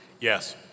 Yes